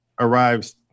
arrives